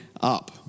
up